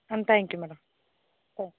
ah thank you madam ம்